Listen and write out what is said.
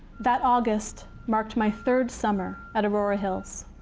that august marked my third summer at aurora hills.